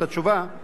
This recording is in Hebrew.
הדבר הנוסף,